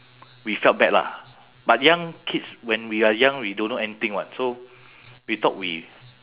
we felt bad lah but young kids when we are young we don't know anything [what] so we thought we